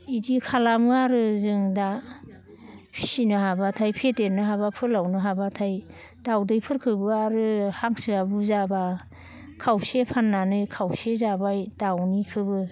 इदि खालामो आरो जों दा फिनो हाब्लाथाय फेदेरनो हाब्ला फोलावनो हाब्लाथाय दाउदैफोरखोबो आरो हांसोआ बुरजाब्ला खावसे फाननानै खावसे जाबाय दाउनिखोबो